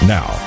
Now